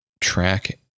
track